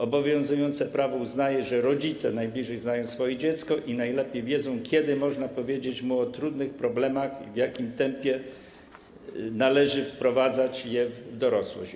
Obowiązujące prawo uznaje, że rodzice najlepiej znają swoje dziecko i najlepiej wiedzą, kiedy można powiedzieć mu o trudnych problemach i w jakim tempie należy wprowadzać je w dorosłość.